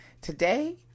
Today